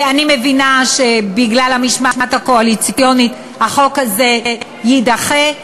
אני מבינה שבגלל המשמעת הקואליציונית החוק הזה יידחה.